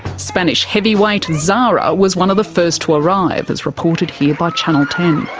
spanish heavyweight zara was one of the first to arrive, as reported here by channel ten.